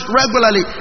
regularly